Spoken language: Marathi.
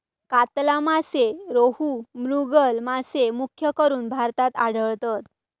कातला मासे, रोहू, मृगल मासे मुख्यकरून भारतात आढळतत